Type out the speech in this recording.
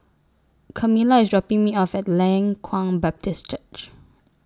Camilla IS dropping Me off At Leng Kwang Baptist Church